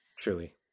Truly